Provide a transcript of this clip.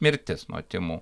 mirtis nuo tymų